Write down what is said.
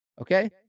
okay